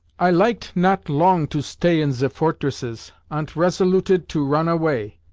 i liket not long to stay in ze fortresses, ant resoluted to ron away.